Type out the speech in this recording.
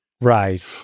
Right